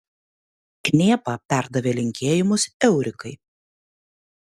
knėpa perdavė linkėjimus eurikai